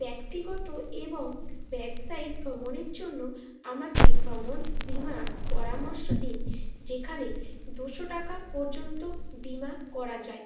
ব্যক্তিগত এবং ব্যবসায়িক ভ্রমণের জন্য আমাকে ভ্রমণ বিমার পরামর্শ দিন যেখানে দুশো টাকা পর্যন্ত বিমা করা যায়